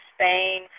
Spain